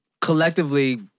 collectively